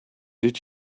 did